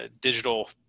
digital